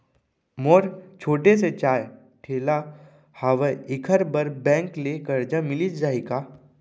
मोर छोटे से चाय ठेला हावे एखर बर बैंक ले करजा मिलिस जाही का?